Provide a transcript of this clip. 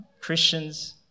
Christians